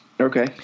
Okay